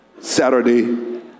Saturday